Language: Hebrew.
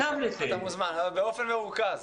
אתה מוזמן, אבל באופן מרוכז.